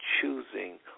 choosing